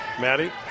Maddie